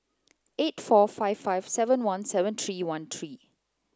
eight four five five seven one seven three one three